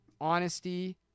honesty